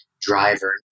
driver